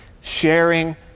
sharing